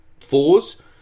fours